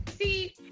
See